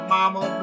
Mama